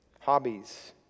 hobbies